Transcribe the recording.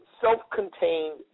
self-contained